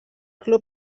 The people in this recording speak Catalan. club